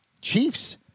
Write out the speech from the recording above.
Chiefs